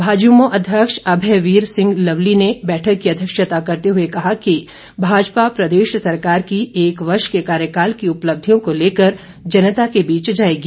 भाजयुमो अध्यक्ष अभयवीर सिंह लवली ने बैठक की अध्यक्षता करते हुए कहा कि भाजपा प्रदेश सरकार की एक वर्ष के कार्यकाल की उपलब्धियों को लेकर जनता के बीच जाएगी